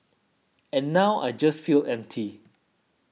and now I just felt empty